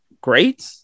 great